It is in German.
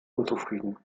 unzufrieden